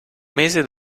mese